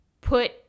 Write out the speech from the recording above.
put